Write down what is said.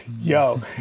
yo